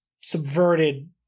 subverted